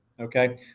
okay